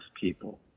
people